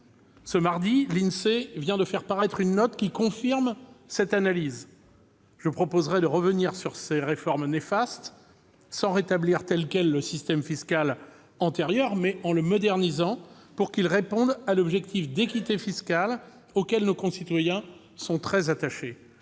Ce mardi, l'Insee vient de faire paraître une note qui confirme cette analyse. Je proposerai de revenir sur ces réformes néfastes, sans rétablir tel quel le système fiscal antérieur, mais en le modernisant pour qu'il réponde à l'objectif d'équité fiscale auquel nos concitoyens sont très attachés.